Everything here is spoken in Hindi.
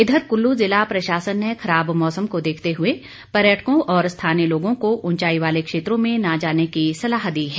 इधर कुल्लू जिला प्रशासन ने खराब मौसम को देखते हुए पर्यटकों व स्थानीय लोगों को उंचाई वाले क्षेत्रों में न जाने की सलाह दी है